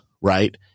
right